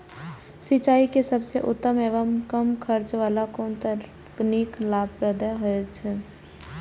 सिंचाई के सबसे उत्तम एवं कम खर्च वाला कोन तकनीक लाभप्रद होयत छै?